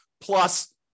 plus